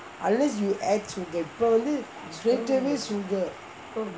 unless you add sugar இப்போ வந்து:ippo vanthu straight away sugar